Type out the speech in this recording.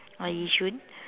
uh yishun